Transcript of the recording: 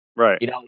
Right